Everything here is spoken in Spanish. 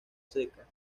seca